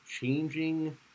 changing